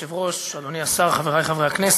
אדוני השר, חברי חברי הכנסת,